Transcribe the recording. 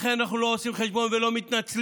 לכן אנחנו לא עושים חשבון ולא מתנצלים.